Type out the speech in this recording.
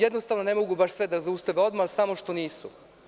Jednostavno, ne mogu baš sve da zaustave odmah, samo što nisu.